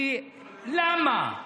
למה?